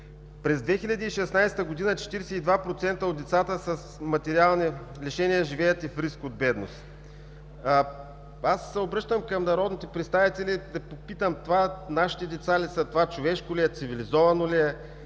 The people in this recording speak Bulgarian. През 2016 г. 42% от децата с материални лишения живеят и в риск от бедност. Аз се обръщам към народните представители, за да попитам: това нашите деца ли са, това човешко ли е, цивилизовано ли е,